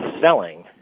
selling